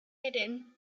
hidden